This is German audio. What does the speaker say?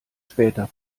später